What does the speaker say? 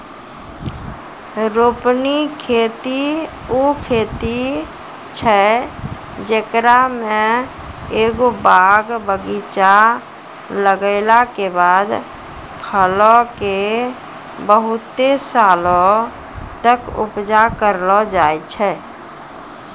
रोपनी खेती उ खेती छै जेकरा मे एगो बाग बगीचा लगैला के बाद फलो के बहुते सालो तक उपजा करलो जाय छै